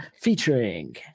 Featuring